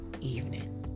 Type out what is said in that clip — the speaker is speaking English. evening